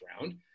round